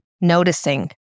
noticing